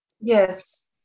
Yes